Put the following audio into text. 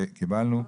וקיבלנו.